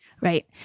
Right